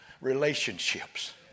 relationships